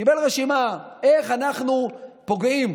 קיבל רשימה: איך אנחנו פוגעים,